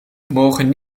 mogen